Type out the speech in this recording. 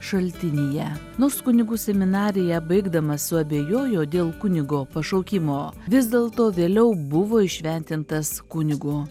šaltinyje nors kunigų seminariją baigdamas suabejojo dėl kunigo pašaukimo vis dėlto vėliau buvo įšventintas kunigu